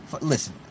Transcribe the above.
listen